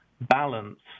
balance